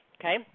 okay